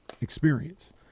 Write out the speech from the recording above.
experience